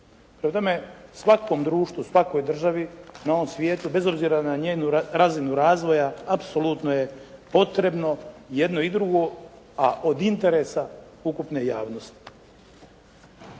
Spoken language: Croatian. tome, svakom društvu, svakoj državi na ovom svijetu bez obzira na njenu razinu razvoja apsolutno je potrebno jedno i drugo, a od interesa ukupne javnosti.